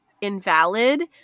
invalid